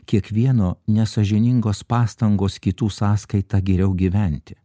kiekvieno nesąžiningos pastangos kitų sąskaita geriau gyventi